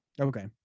Okay